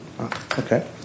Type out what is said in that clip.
Okay